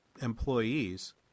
employees